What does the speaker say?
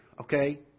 Okay